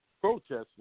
protesting